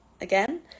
again